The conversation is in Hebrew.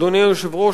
אדוני היושב-ראש,